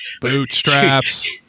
Bootstraps